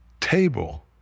table